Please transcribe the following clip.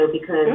because-